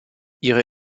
ihre